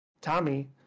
Tommy